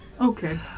Okay